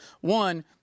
One